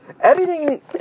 editing